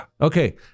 Okay